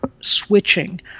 switching